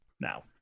now